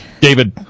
David